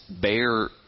bear